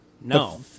no